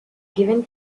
given